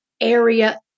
area